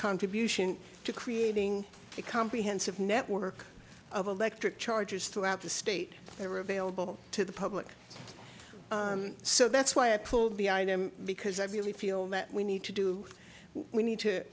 contribution to creating a comprehensive network of electric charges throughout the state they were available to the public so that's why i pulled the i am because i really feel that we need to do we need to